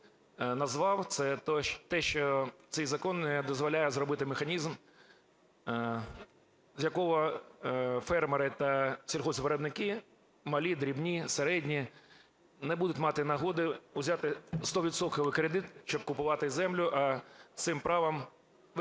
назвав – це те, що цей закон не дозволяє зробити механізм, з якого фермери та сільгоспвиробники (малі, дрібні, середні) не будуть мати нагоди узяти стовідсотковий кредит, щоб купувати землю, а це право використають